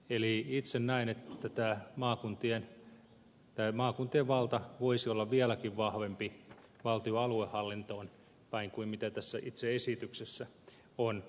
eli itse näen että maakuntien valta voisi olla vieläkin vahvempi valtion aluehallintoon päin kuin mitä tässä itse esityksessä on